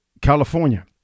California